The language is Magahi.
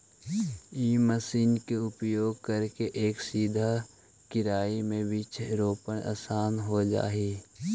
इ मशीन के उपयोग करके एक सीधा कियारी में बीचा रोपला असान हो जा हई